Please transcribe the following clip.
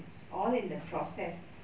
it's all in the process